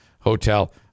Hotel